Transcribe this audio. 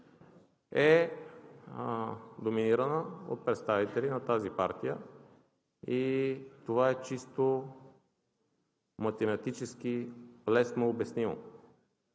е доминирана от представители на тази партия и това е чисто математически лесно обяснимо.